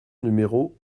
numéro